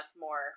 more